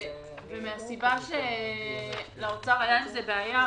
מכיוון שלמשרד האוצר הייתה עם זה בעיה,